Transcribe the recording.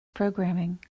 programming